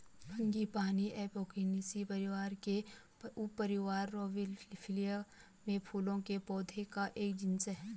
frangipani Apocynaceae परिवार के उपपरिवार रौवोल्फिया में फूलों के पौधों का एक जीनस है